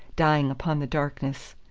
dying upon the darkness.